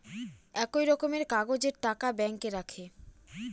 একই রকমের কাগজের টাকা ব্যাঙ্কে রাখে